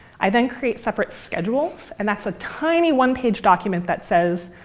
i then create separate schedules, and that's a tiny one page document that says,